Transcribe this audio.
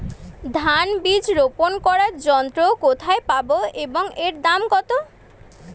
ধান বীজ রোপন করার যন্ত্র কোথায় পাব এবং এর দাম কত?